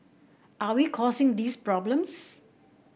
are we causing these problems